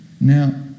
Now